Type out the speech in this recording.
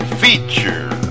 feature